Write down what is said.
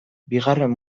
bigarren